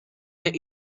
the